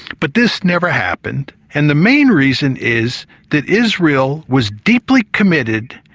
but this never happened and the main reason is that israel was deeply committed,